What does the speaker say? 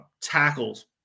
tackles